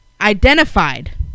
identified